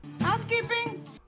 Housekeeping